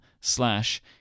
slash